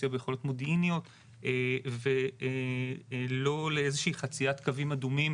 סיוע ביכולות מודיעיניות ולא לאיזושהי חציית קווים אדומים